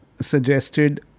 Suggested